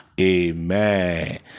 Amen